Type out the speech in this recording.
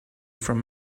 from